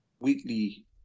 weekly